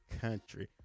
country